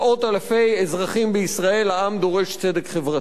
אלפי אזרחים בישראל: העם דורש צדק חברתי.